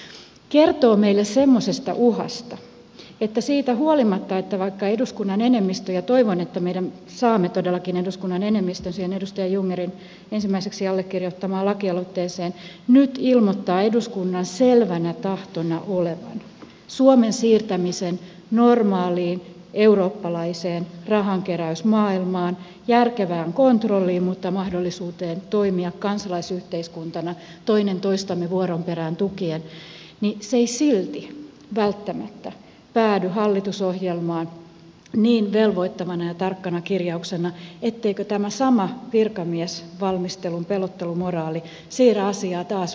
se kertoo meille semmoisesta uhasta että siitä huolimatta että eduskunnan enemmistö ja toivon että me saamme todellakin eduskunnan enemmistön siihen edustaja jungnerin ensimmäiseksi allekirjoittamaan lakialoitteeseen nyt ilmoittaa eduskunnan selvänä tahtona olevan suomen siirtämisen normaaliin eurooppalaiseen rahankeräysmaailmaan järkevään kontrolliin mutta mahdollisuuteen toimia kansalaisyhteiskuntana toinen toistamme vuoron perään tukien se ei silti välttämättä päädy hallitusohjelmaan niin velvoittavana ja tarkkana kirjauksena etteikö tämä sama virkamiesvalmistelun pelottelumoraali siirrä asiaa taas vuosikausia eteenpäin